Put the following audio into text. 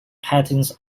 patterns